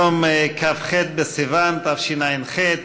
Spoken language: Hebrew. היום כ"ח בסיוון תשע"ח,